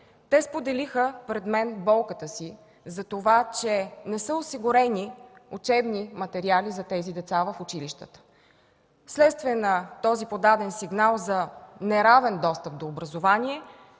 Те споделиха пред мен болката си за това, че не са осигурени учебни материали за тези деца в училищата. Вследствие на този подаден сигнал за неравен достъп до образование